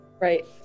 Right